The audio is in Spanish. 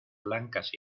blancas